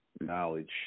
knowledge